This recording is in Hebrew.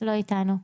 לא אתנו.